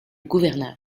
gouverneur